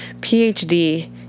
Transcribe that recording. PhD